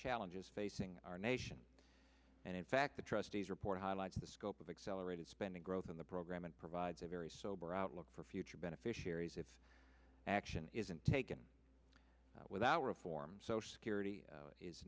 challenges facing our nation and in fact the trustees report highlights the scope of accelerated spending growth in the program and provides a very sober outlook for future beneficiaries if action isn't taken with our reform social security